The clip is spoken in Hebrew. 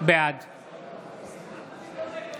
בעד